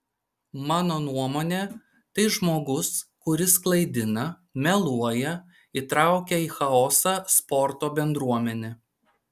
mano nuomone tai žmogus kuris klaidina meluoja įtraukia į chaosą sporto bendruomenę